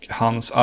hans